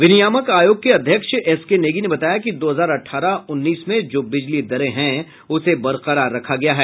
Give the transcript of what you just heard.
विनियामक आयोग के अध्यक्ष एसके नेगी ने बताया कि दो हजार अठारह उन्नीस में जो बिजली दरें हैं उसे बरकरार रखा गया है